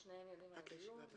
שניהם יודעים על הדיון.